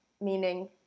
Meaning